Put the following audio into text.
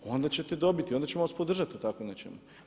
Onda ćete dobiti i onda ćemo vas podržati u takvom nečem.